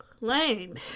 Lame